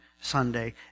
Sunday